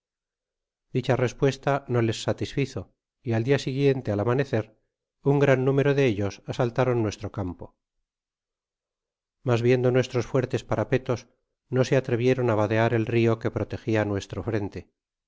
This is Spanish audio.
diciw respuesta no les satisfizo y al dia siguiente al amanecer un gran número de ellos asaltaron nuestro cauw po otas viendonuestros fuertes parapetos no se atrevieron á vadear el rio que protegia nuestro frente